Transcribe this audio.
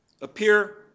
appear